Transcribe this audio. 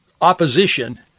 opposition